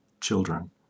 children